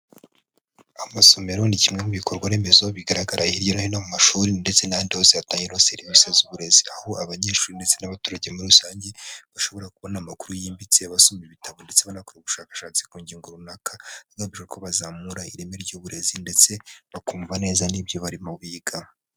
Amasomero ni kimwe mu bikorwa remezo bigaragara hirya no hino mu mashuri ndetse n'ahandi hose hatangirwa serivisi z'uburezi aho abanyeshuri ndetse n'abaturage muri rusange bashobora kubona amakuru yimbitse. Abasoma ibitabo ndetse banakora ubushakashatsi ku ngingo runaka bagamije ko bazamura ireme ry'uburezi ndetse bakumva neza n'ibyo barimo biga.